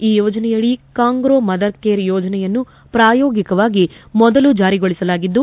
ಈ ಯೋಜನೆಯಡಿ kangaroo mother care ಯೋಜನೆಯನ್ನು ಪ್ರಾಯೋಗಿಕವಾಗಿ ಮೊದಲ ಜಾರಿಗೊಳಿಸಲಾಗಿದ್ದು